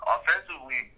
Offensively